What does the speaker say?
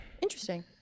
interesting